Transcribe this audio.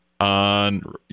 on